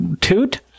toot